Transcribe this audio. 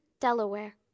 Delaware